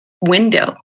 window